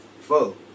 full